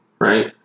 right